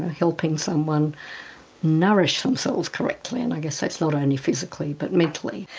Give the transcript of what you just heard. helping someone nourish themselves correctly. and i guess that's not only physically but mentally,